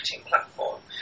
platform